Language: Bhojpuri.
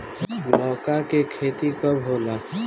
लौका के खेती कब होला?